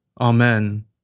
Amen